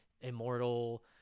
immortal